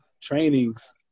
trainings